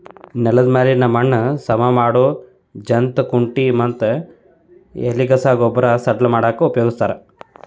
ನೆಲದ ಮ್ಯಾಲಿನ ಮಣ್ಣ ಸವಾ ಮಾಡೋ ಜಂತ್ ಕುಂಟಿ ಮತ್ತ ಎಲಿಗಸಾ ಗೊಬ್ಬರ ಸಡ್ಲ ಮಾಡಾಕ ಉಪಯೋಗಸ್ತಾರ